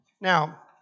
Now